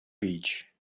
beach